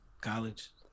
college